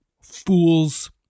fools